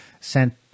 sent